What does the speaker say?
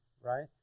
right